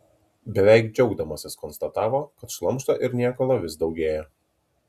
beveik džiaugdamasis konstatavo kad šlamšto ir niekalo vis daugėja